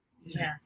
Yes